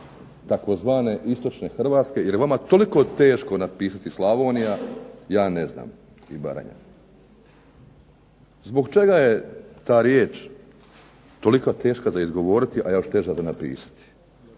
tzv. Istočne Hrvatske jer je vama toliko teško napisati Slavonija, ja ne znam, i Baranja. Zbog čega je ta riječ toliko teška za izgovoriti, a još teža za napisati.